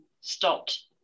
stopped